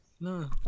No